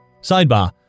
Sidebar